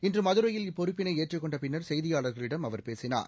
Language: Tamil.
இன்று மதுரையில் இப்பொறுப்பினை ஏற்றுக் கொண்ட பின்னர் செய்தியாளர்களிடம் அவர் பேசினார்